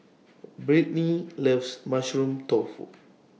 Brittny loves Mushroom Tofu